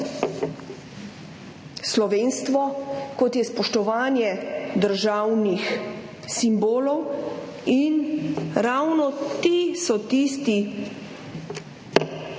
slovenstvo, kot je spoštovanje državnih simbolov. In ravno ti so tisti prelomni